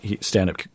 stand-up